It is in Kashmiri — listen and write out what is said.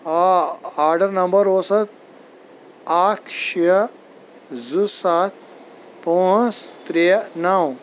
آ آرڈر نَمبر اوس حظ اکھ شیٚے زٕ سَتھ پانژھ ترٛےٚ نَو